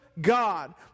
God